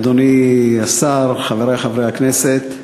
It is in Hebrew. אדוני השר, חברי חברי הכנסת,